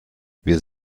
wir